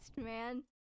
man